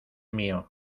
mío